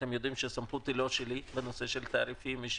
אתם יודעים שהסמכות בנושא של תעריפים היא לא שלי,